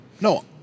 no